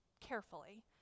carefully